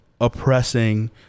oppressing